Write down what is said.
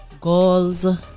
girls